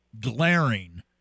glaring